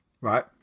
Right